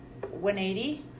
180